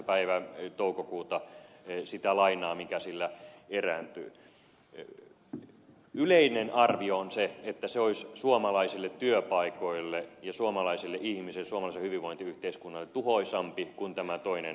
päivä toukokuuta jos se ei saa sitä lainaa mikä sillä erääntyy yleinen arvio on se että se olisi suomalaisille työpaikoille ja suomalaisille ihmisille suomalaiselle hyvinvointiyhteiskunnalle tuhoisampi kuin tämä toinen vaihtoehto